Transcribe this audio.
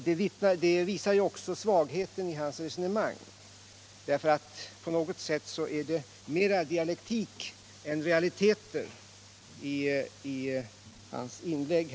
Det visar också svagheten i Jörn Svenssons resonemang, för på något sätt blir det mera dialektik än realiteter i hans inlägg.